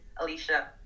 Alicia